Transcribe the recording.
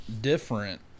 different